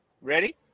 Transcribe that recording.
Ready